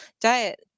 diet